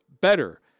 better